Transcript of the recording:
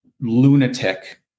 lunatic